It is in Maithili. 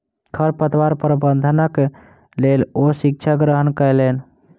खरपतवार प्रबंधनक लेल ओ शिक्षा ग्रहण कयलैन